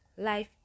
Life